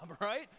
right